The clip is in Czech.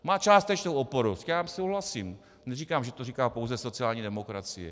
Má částečnou oporu, s tím souhlasím, neříkám, že to říká pouze sociální demokracie.